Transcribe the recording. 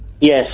Yes